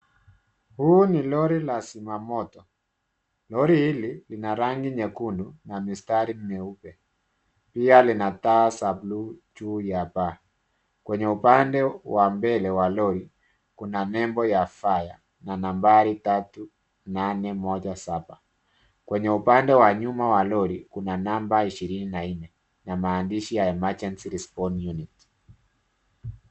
Huu ni lori la zimamoto. Lori hili lina rangi nyekundu na mistari meupe. Pia lina taa za bluu juu ya paa, kwenye upande wa mbele wa lori. Kuna nembo ya Faya na nambari tatu na moja saba. Kwenye upande wa nyuma wa lori, kuna namba ishirini na nne na maandishi ya Emergency respond unit .